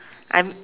I'm